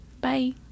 Bye